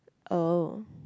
oh